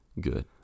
good